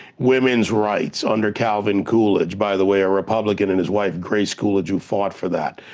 women's rights under calvin coolidge, by the way a republican and his wife grace coolidge who fought for that.